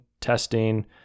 testing